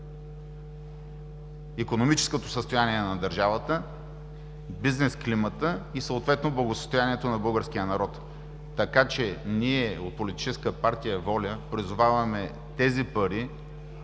икономическото състояние на държавата, бизнес климатът и съответно благосъстоянието на българския народ. Така че ние от политическа партия „Воля“ призоваваме тези пари